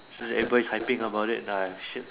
everybody is hyping about it !aiya! shit